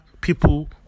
people